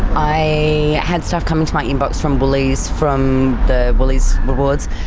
i had stuff coming to my inbox from woolies, from the woolies rewards,